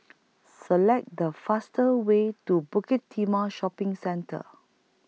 Select The faster Way to Bukit Timah Shopping Centre